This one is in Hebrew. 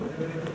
654